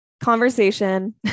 conversation